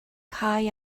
cau